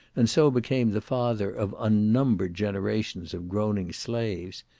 and so became the father of unnumbered generations of groaning slaves,